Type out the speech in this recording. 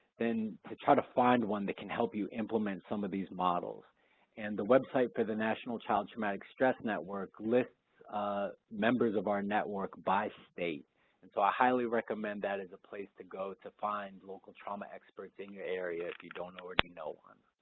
then to try to find one that can help you implement some of these models and the website for the national child traumatic stress network lists members of our network by state and so i highly recommend that as a place to go to find local trauma experts in your area if you don't already know one.